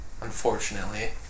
unfortunately